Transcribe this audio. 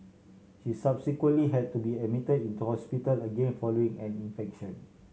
she subsequently had to be admitted into hospital again following an infection